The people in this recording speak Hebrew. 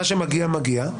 מה שמגיע, מגיע.